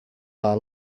are